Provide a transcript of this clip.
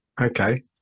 Okay